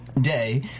day